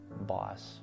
boss